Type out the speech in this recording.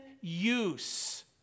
use